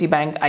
Bank